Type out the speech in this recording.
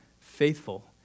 faithful